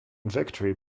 victory